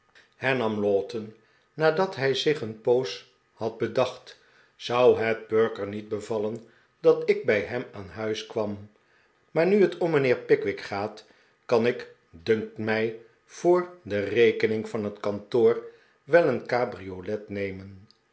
lowten nadat hij zich een poos had bedacht zou het perker niet bevallen dat ik bij hem aan huis kwam maar nu het om mijnheer pickwick gaat kan ik dunkt mij voor rekening van het kantoor wel een cabriolet nemen